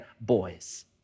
boys